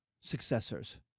successors